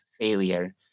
failure